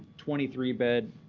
twenty three bed,